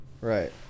Right